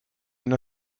and